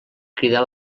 cridar